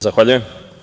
Zahvaljujem.